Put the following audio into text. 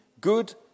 good